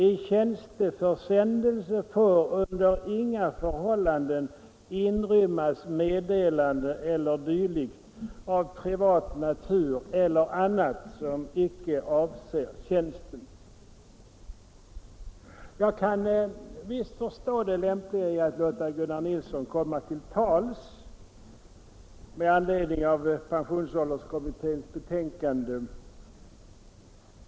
: ”I tjänsteförsändelse får under inga förhållanden inrymmas meddelande eller dylikt av privat natur eller annat, som icke avser tjänsten.” Jag kan förstå det lämpliga i att låta Gunnar Nilsson komma till tals med anledning av pensionsålderskommitténs betänkande.